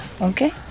Okay